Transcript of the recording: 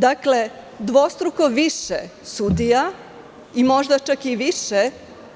Dakle, dvostruko više sudija i možda čak i više